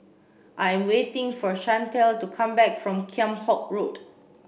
I'm waiting for Chantel to come back from Kheam Hock Road